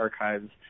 archives